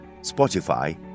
Spotify